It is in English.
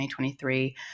2023